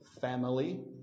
family